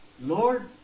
Lord